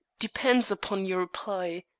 depends upon your reply.